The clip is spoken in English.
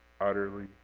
utterly